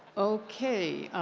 okay.